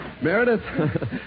Meredith